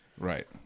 right